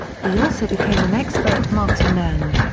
he also became an expert marksman and,